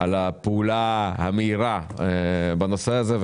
על הפעולה המהירה בנושא הזה,